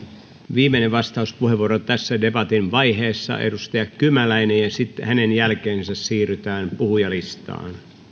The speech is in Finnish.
viimeinen vastauspuheenvuoro tässä debatin vaiheessa edustaja kymäläinen ja sitten hänen jälkeensä siirrytään puhujalistaan